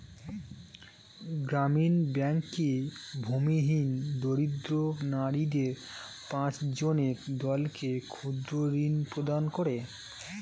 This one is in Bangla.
গ্রামীণ ব্যাংক কি ভূমিহীন দরিদ্র নারীদের পাঁচজনের দলকে ক্ষুদ্রঋণ প্রদান করে?